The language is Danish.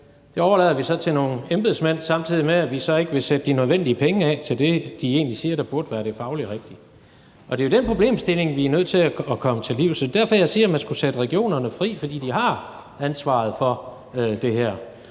det overlader vi så til nogle embedsmænd, samtidig med at vi så ikke vil sætte de nødvendige penge af til det, som de egentlig siger fagligt burde være det rigtige. Og det er jo det problem, som vi er nødt til at komme til livs, og det er jo derfor, jeg siger, at man skulle sætte regionerne fri. For de har ansvaret for det her,